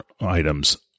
items